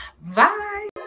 bye